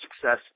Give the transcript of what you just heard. success